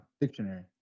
dictionary